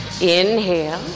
inhale